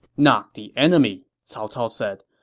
not the enemy, cao cao said.